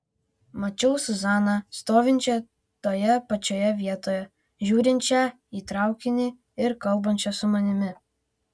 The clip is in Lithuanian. mačiau zuzaną stovinčią toje pačioje vietoje žiūrinčią į traukinį ir kalbančią su manimi